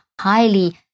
highly